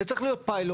זה צריך להיות פיילוט.